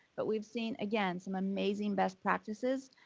but we've seen again some amazing best practices.